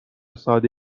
ساده